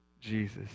Jesus